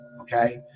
Okay